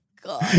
God